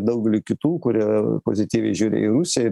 daugelį kitų kurie pozityviai žiūri į rusiją